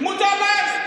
מותר להם.